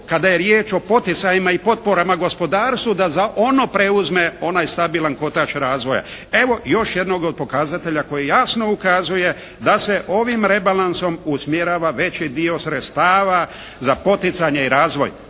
kada je riječ o poticajima i potporama gospodarstvu da ono preuzme onaj stabilan kotač razvoja. Evo još jednog od pokazatelja koji jasno ukazuje da se ovim rebalansom usmjerava veći dio sredstava za poticanje i razvoj,